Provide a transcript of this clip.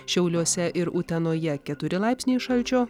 šiauliuose ir utenoje keturi laipsniai šalčio